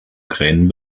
kränen